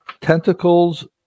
Tentacles